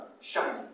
shining